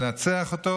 אפשר לנצח אותו.